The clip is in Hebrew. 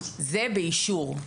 זה באישור.